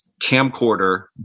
camcorder